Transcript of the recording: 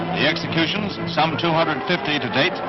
the executions, some two hundred and fifty to date,